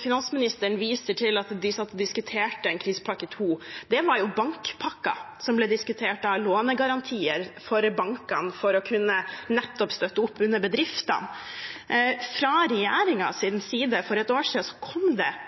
finansministeren viser til at de satt og diskuterte en krisepakke 2. Det var bankpakken som ble diskutert da – lånegarantier for bankene for nettopp å kunne støtte opp under bedriftene. Fra regjeringens side kom det for et år